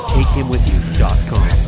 TakeHimWithYou.com